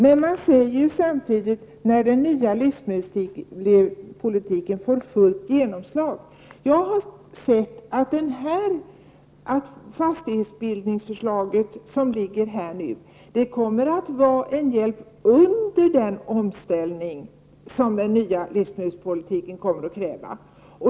Men man säger ju samtidigt när den nya livsmedelspolitiken får fullt genomslag. Jag har sett att det fastighetsbildningsförslag som nu föreligger kommer att vara en hjälp under den omställning som den nya livsmedelspolitiken kommer att kräva.